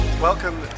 Welcome